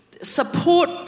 support